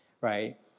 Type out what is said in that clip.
right